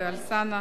לרשותך חמש דקות.